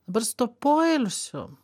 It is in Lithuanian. dabar su tuo poilsiu